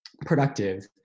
productive